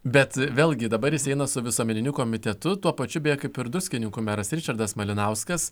bet vėlgi dabar jis eina su visuomeniniu komitetu tuo pačiu beje kaip ir druskininkų meras ričardas malinauskas